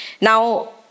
Now